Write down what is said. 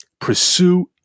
pursue